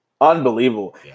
Unbelievable